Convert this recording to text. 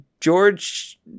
George